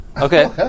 Okay